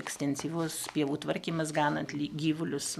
ekstensyvus pievų tvarkymas ganant ly gyvulius